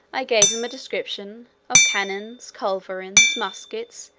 i gave him a description of cannons, culverins, muskets,